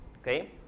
okay